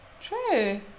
True